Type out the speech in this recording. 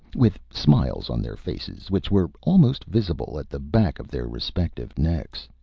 with smiles on their faces which were almost visible at the back of their respective necks.